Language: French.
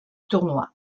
tournoi